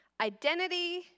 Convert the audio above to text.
Identity